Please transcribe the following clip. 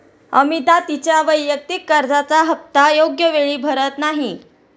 अमिता तिच्या वैयक्तिक कर्जाचा हप्ता योग्य वेळी भरत नाही